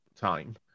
time